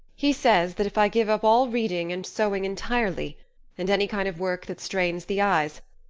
he says that if i give up all reading and sewing entirely and any kind of work that strains the eyes,